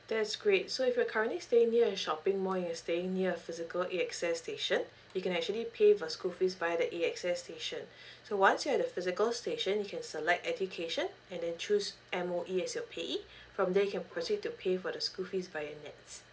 that's great so if you're currently staying near in shopping mall you staying near a physical A_X_S station you can actually pay for school fees via the A_X_S station so once you have the physical station you can select education and then choose M_O_E as your payee from there you can proceed to pay for the school fees via nets